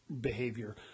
behavior